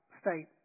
state